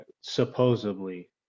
supposedly